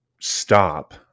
stop